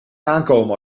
aankomen